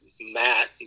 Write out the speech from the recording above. Matt